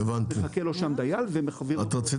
מחכה לו שם דייל ומכווין אותו --- הבנתי.